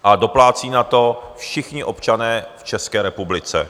A doplácí na to všichni občané v České republice.